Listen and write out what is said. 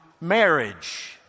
marriage